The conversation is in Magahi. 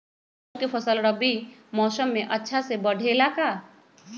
मूंग के फसल रबी मौसम में अच्छा से बढ़ ले का?